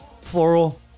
floral